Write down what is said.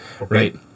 right